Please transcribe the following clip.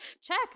check